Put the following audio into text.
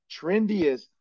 trendiest